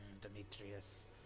Demetrius